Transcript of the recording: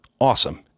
awesome